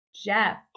Jeff